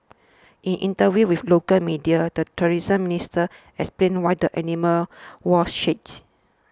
in interviews with local media the tourism minister explained why the animals wore shades